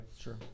Sure